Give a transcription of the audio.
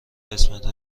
قسمت